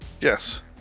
Yes